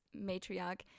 matriarch